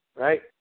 right